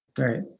Right